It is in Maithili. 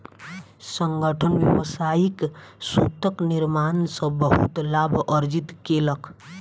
संगठन व्यावसायिक सूतक निर्माण सॅ बहुत लाभ अर्जित केलक